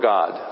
God